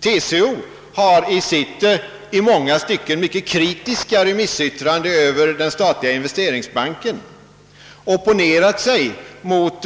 TCO har i sitt i många stycken mycket kritiska remissyttrande över den statliga investeringsbanken opponerat sig mot